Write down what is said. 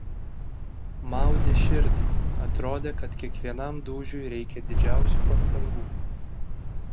maudė širdį atrodė kad kiekvienam dūžiui reikia didžiausių pastangų